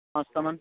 পাঁচটামান